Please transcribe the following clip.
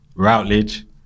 Routledge